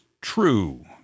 true